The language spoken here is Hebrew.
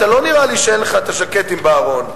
לא נראה לי שאין לך ז'קטים בארון.